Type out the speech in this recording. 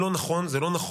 שרון ניר.